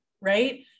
right